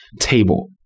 table